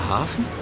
Hafen